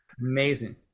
Amazing